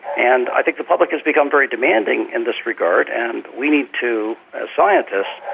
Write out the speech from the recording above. and i think the public has become very demanding in this regard, and we need to, as scientists,